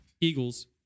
Eagles